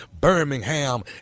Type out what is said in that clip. Birmingham